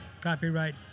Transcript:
Copyright